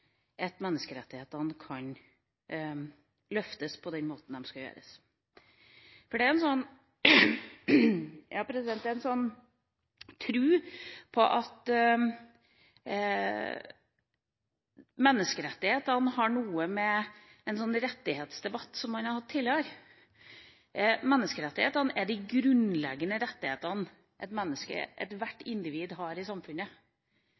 at menneskerettighetene kan løftes på den måten de skal. Det er en slags tro på at menneskerettighetene har noe å gjøre med en sånn rettighetsdebatt som man har hatt tidligere. Menneskerettighetene er de grunnleggende rettighetene ethvert individ har i samfunnet.